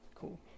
Cool